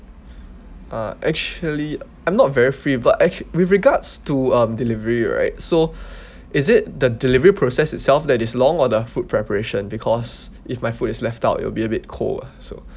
uh actually I'm not very free but actual~ with regards to um delivery right so is it the delivery process itself that is long or the food preparation because if my food is left out it will be a bit cold ah so